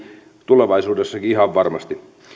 tulevaisuudessakin ihan varmasti